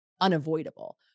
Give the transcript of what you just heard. unavoidable